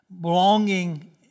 belonging